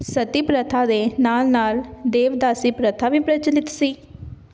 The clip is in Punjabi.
ਸਤੀ ਪ੍ਰਥਾ ਦੇ ਨਾਲ ਨਾਲ ਦੇਵਦਾਸੀ ਪ੍ਰਥਾ ਵੀ ਪ੍ਰਚਲਿਤ ਸੀ